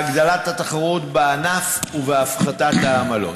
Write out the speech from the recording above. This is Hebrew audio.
בהגדלת התחרות בענף ובהפחתת העמלות.